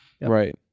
right